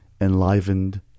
enlivened